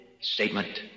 statement